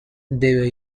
debe